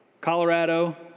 Colorado